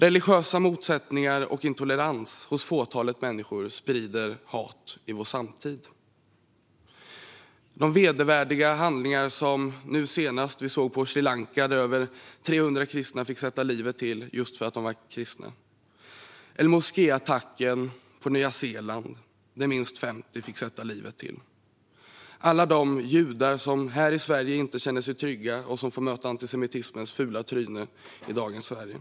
Religiösa motsättningar och intolerans hos fåtalet människor sprider hat i vår samtid med vedervärdiga handlingar, som nu senast i Sri Lanka, där över 300 kristna fick sätta livet till för att de var just kristna, eller moskéattacken i Nya Zeeland, där minst 50 fick sätta livet till. Vi ser det även hos alla de judar som här i Sverige inte känner sig trygga och som får möta antisemitismens fula tryne i dagens Sverige.